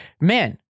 man